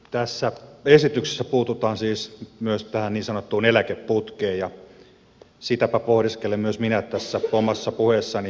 tässä esityksessä puututaan siis myös tähän niin sanottuun eläkeputkeen ja sitäpä pohdiskelen myös minä tässä omassa puheessani